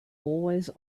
always